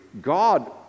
God